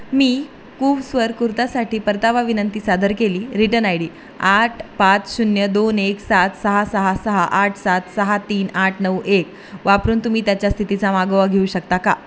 मी कूव्स वर कुर्तासाठी परतावा विनंती सादर केली रिटर्न आय डी आठ पाच शून्य दोन एक सात सहा सहा सहा आठ सात सहा तीन आठ नऊ एक वापरून तुम्ही त्याच्या स्थितीचा मागोवा घेऊ शकता का